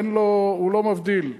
הוא לא מבדיל.